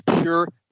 pure